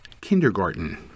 kindergarten